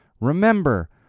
remember